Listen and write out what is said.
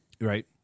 Right